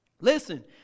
Listen